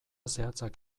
zehatzak